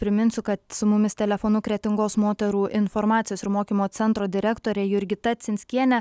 priminsiu kad su mumis telefonu kretingos moterų informacijos ir mokymo centro direktorė jurgita cinskienė